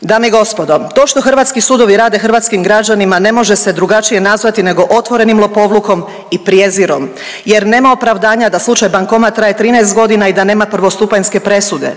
Dame i gospodo, to što hrvatski sudovi rade hrvatskim građanima ne može drugačije nazvati nego otvorenim lopovlukom i prijezirom jer nama opravdanja da slučaj bankomat traje 13 godina i da nema prvostupanjske presude